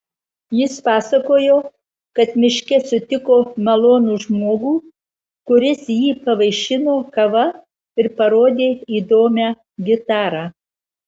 jis pasakojo kad miške sutiko malonų žmogų kuris jį pavaišino kava ir parodė įdomią gitarą